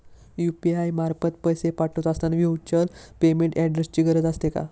UPI मार्फत पैसे पाठवत असताना व्हर्च्युअल पेमेंट ऍड्रेसची गरज असते का?